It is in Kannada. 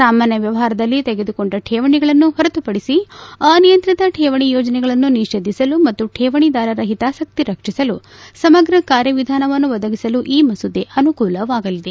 ಸಾಮಾನ್ಯ ವ್ಯವಹಾರದಲ್ಲಿ ತೆಗೆದುಕೊಂಡ ಕೇವಣಿಗಳನ್ನು ಹೊರತುಪಡಿಸಿ ಅನಿಯಂತ್ರಿತ ಕೇವಣಿ ಯೋಜನೆಗಳನ್ನು ನಿಷೇಧಿಸಲು ಮತ್ತು ಕೇವಣಿದಾರರ ಹಿತಾಸಕ್ತಿ ರಕ್ಷಿಸಲು ಸಮಗ್ರ ಕಾರ್ಯವಿಧಾನವನ್ನು ಒದಗಿಸಲು ಈ ಮಸೂದೆ ಅನುಕೂಲವಾಗಲಿದೆ